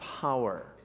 power